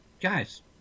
Guys